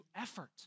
effort